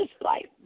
life